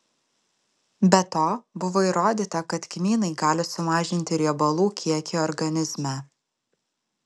be to buvo įrodyta kad kmynai gali sumažinti riebalų kiekį organizme